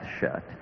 shut